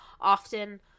often